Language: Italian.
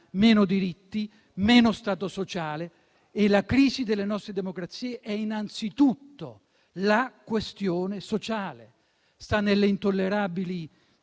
meno diritti, meno Stato sociale. La crisi delle nostre democrazie è innanzitutto la questione sociale: sta nelle intollerabili